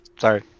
sorry